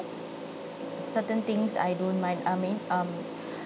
certain things I don't mind I mean um